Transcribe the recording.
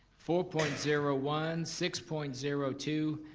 four point zero one, six point zero two,